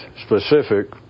specific